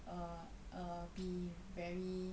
err err be very